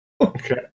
okay